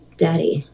daddy